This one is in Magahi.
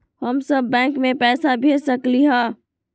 हम सब बैंक में पैसा भेज सकली ह?